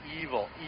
evil